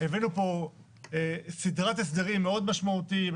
הבאנו פה סדרת הסדרים מאוד משמעותיים.